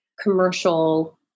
commercial